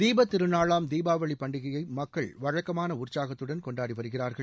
தீப திருநாளாம் தீபாவளி பண்டிகையை மக்கள் வழக்கமான உற்சாகத்துடன் கொண்டாடி வருகிறா்கள்